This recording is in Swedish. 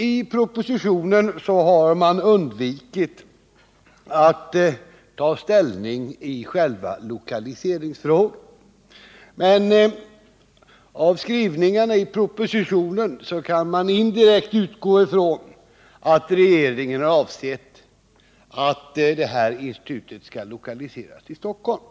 I propositionen har man undvikit att ta ställning i lokaliseringsfrågan, men av skrivningarna i propositionen kan man indirekt utläsa att regeringen avsett att detta institut skall lokaliseras till Stockholm.